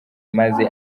maze